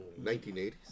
1980s